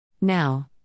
Now